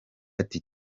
ati